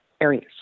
areas